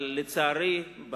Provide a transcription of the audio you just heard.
אבל לצערי,